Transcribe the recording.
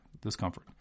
discomfort